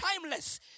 timeless